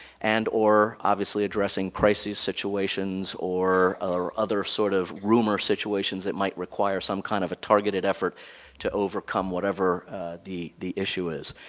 and or obviously addressing crisis situations or or other sort of rumor situations that might require some kind of targeted effort to overcome whatever the the issue is.